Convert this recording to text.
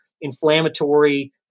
inflammatory